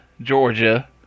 Georgia